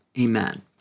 amen